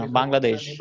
Bangladesh